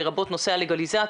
לרבות נושא הלגליזציה.